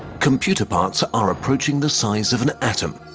computer parts are approaching the size of an atom.